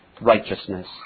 righteousness